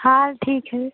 हाँ ठीक है